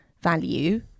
value